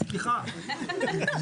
זה נכון